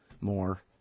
more